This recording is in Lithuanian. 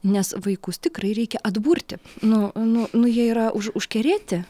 nes vaikus tikrai reikia atburti nu nu nu jie yra už užkerėti